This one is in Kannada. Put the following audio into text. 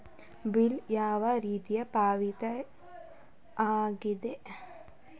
ಬಿಲ್ ಯಾವ ರೀತಿಯ ಪಾವತಿಯಾಗಿದೆ?